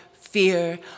fear